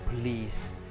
please